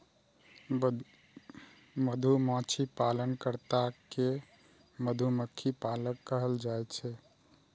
मधुमाछी पालन कर्ता कें मधुमक्खी पालक कहल जाइ छै